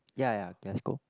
ya ya Glasgow